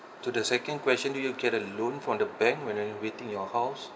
to the second question do you get a loan from the bank when you are waiting your house